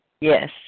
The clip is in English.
Yes